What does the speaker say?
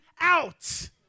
out